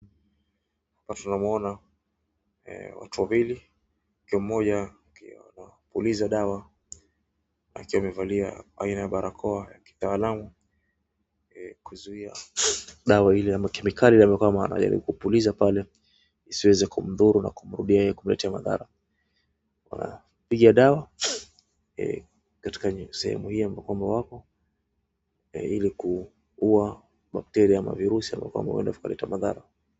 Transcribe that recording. Hapa tunamuona watu wawili, ikiwa mmoja anapuliza dawa akiwa amevalia aina ya barakoa ya kitaalamu kuzuia dawa ile ama kemikali anayopuliza pale isiweze kumdhuru na kumrudia ili kuleta madhara, pia dawa inatoka sehemu hii ambapo wapo, ili kuua bacteria ama virusi ambavyo kwamba huenda vikaleta madhara.